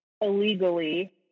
illegally